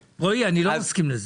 רועי, אני לא מסכים לזה.